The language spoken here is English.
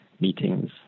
meetings